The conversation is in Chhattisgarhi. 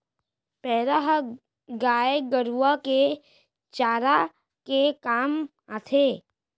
पैरा ह गाय गरूवा के चारा के काम आथे